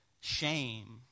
shame